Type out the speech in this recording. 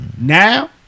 Now